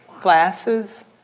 glasses